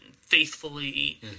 Faithfully